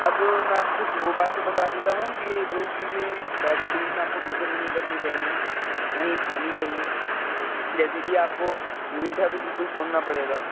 اب میں آپ کو کچھ وہ باتیں بتا دیتا ہوں کہ جو چیزیں ڈائبٹیز میں آپ کو بالکل نہیں کرنی چاہئے نہیں کھانی چاہئیں جیسے کہ آپ کو میٹھا تو بالکل چھوڑنا پڑے گا